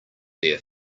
there